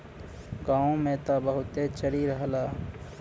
गांव में त बहुते चरी रहला